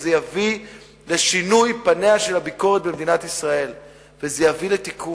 זה יביא לשינוי פניה של הביקורת במדינת ישראל וזה יביא לתיקון.